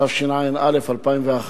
התשע"א 2011,